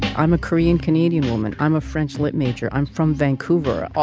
i'm a korean canadian woman i'm a french lit major i'm from vancouver.